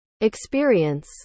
experience